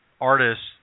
artists